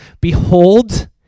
Behold